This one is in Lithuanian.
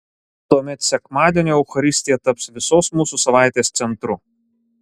tuomet sekmadienio eucharistija taps visos mūsų savaitės centru